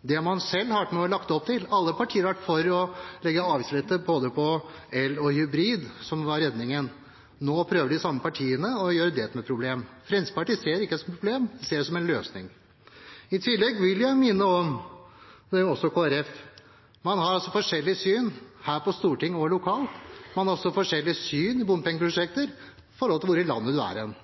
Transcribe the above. Det har man selv vært med på å legge opp til. Alle partier har vært for avgiftslette for både elbil og hybridbil – det var det som var redningen. Nå prøver de samme partiene å gjøre det om til et problem. Fremskrittspartiet ser det ikke som et problem, vi ser det som en løsning. I tillegg vil jeg minne om, det gjelder også Kristelig Folkeparti, at man har forskjellig syn her på Stortinget og lokalt. Man har også forskjellig syn på bompengeprosjekter ut fra hvor i landet man er.